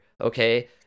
okay